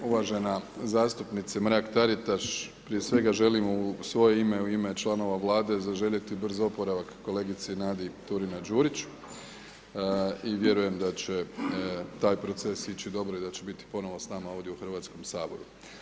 Uvažena zastupnice Mrak-Taritaš, proje svega želim u svoje ime, u ime članove Vlade zaželiti brz opravak kolegici Nadi Turina-Đurić i vjerujem da će taj proces ići dobro i da će biti ponovno s nama ovdje u Hrvatskom saboru.